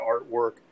artwork